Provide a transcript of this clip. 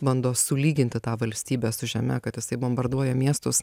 bando sulyginti tą valstybę su žeme kad jisai bombarduoja miestus